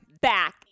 back